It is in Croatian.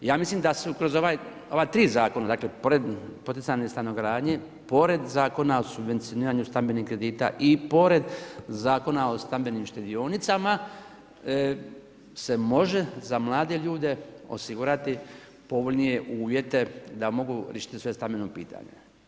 Ja mislim da su kroz ova tri zakona, dakle pored poticajne stanogradnje, pored Zakona o subvencioniranju stambenih kredita i pored Zakona o stambenim štedionicama se može za mlade ljude osigurati povoljnije uvjete da mogu riješiti svoje stambeno pitanje.